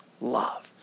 love